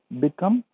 become